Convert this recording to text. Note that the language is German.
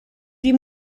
die